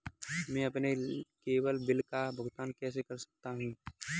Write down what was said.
मैं अपने केवल बिल का भुगतान कैसे कर सकता हूँ?